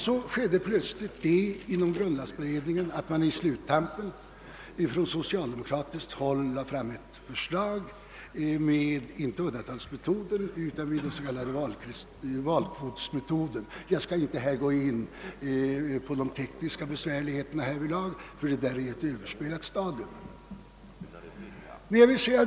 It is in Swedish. Så hände det plötsligt inom grundlagberedningen att man i slutskedet från socialdemokratiskt håll lade fram ett förslag inte med uddatalsmetoden utan med den s.k. valkvotsmetoden. Jag skall inte gå in på de tekniska besvärligheterna härvidlag, ty detta är nu ett överspelat stadium.